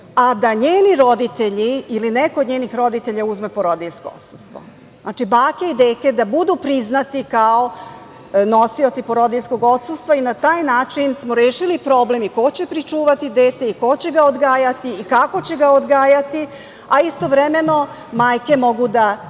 a da njeni roditelji ili neko od njenih roditelja uzme porodiljsko odsustvo. Znači, bake i deke da budu priznati kao nosioci porodiljskog odsustva i na taj način smo rešili problem i ko će pričuvati dete i ko će ga odgajati i kako će ga odgajati, a istovremeno majke mogu da nastave